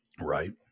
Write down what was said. right